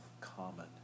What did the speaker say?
common